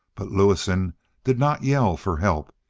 but lewison did not yell for help.